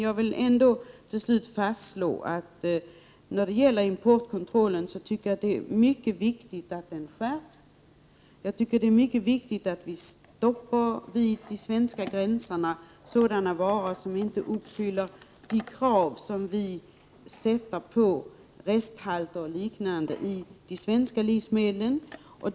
Jag vill ändå till sist fastslå att när det gäller importkontrollen tycker jag att det är mycket viktigt att den skärps. Det är mycket viktigt att vi vid de svenska gränserna stoppar sådana varor som inte uppfyller de krav vi ställer på resthalter och liknande i de svenska livsmedlen.